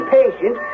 patient